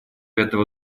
этого